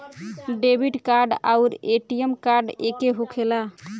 Debit card आउर ATM card एके होखेला?